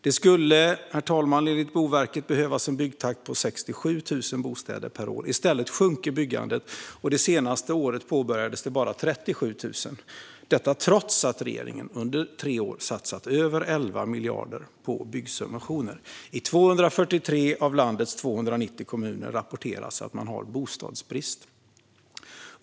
Det skulle, herr talman, enligt Boverket behövas en byggtakt på 67 000 bostäder per år. I stället sjunker byggandet. Det senaste året påbörjades bara 37 000 bostäder - detta trots att regeringen under tre år satsat över 11 miljarder på byggsubventioner. Det rapporteras att man i 243 av landets 290 kommuner har bostadsbrist.